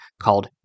called